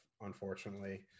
unfortunately